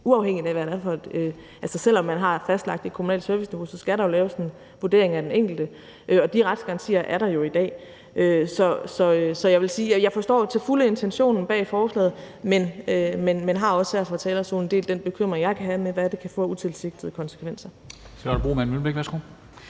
vurdering af den enkelte. Altså, selv om man har fastlagt et kommunalt serviceniveau, skal der jo laves en vurdering af den enkelte, og de retsgarantier er der jo i dag. Så jeg vil sige, at jeg til fulde forstår intentionen bag forslaget, men jeg har også her fra talerstolen delt den bekymring, jeg kan have, med hensyn til hvad det kan få af utilsigtede konsekvenser.